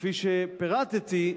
כפי שפירטתי,